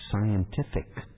scientific